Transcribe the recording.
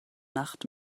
nacht